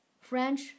French